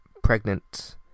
pregnant